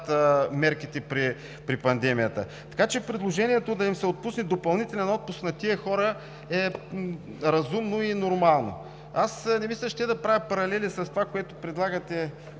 мерките при пандемията. Предложението да се отпусне допълнителен отпуск на тези хора е разумно и нормално. Не ми се ще да правя паралел и с това, което предлагате